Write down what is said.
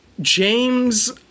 James